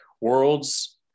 worlds